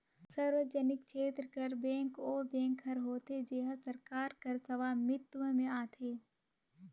सार्वजनिक छेत्र कर बेंक ओ बेंक हर होथे जेहर सरकार कर सवामित्व में आथे